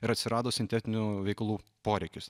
ir atsirado sintetinių veikalų poreikis